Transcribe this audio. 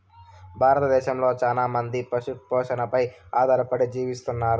భారతదేశంలో చానా మంది పశు పోషణపై ఆధారపడి జీవిస్తన్నారు